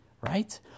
right